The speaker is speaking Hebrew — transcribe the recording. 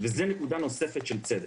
וזו נקודה נוספת של צדק.